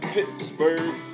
Pittsburgh